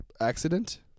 Accident